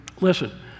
Listen